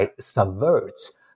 subverts